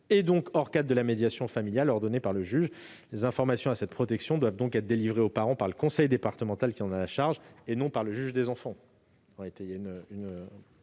et donc hors du cadre de la médiation familiale ordonnée par le juge. Les informations relatives à cette protection doivent donc être délivrées aux parents par le conseil départemental qui en a la charge, et non par le juge des enfants.